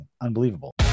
Unbelievable